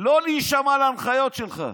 לא להישמע להנחיות שלך.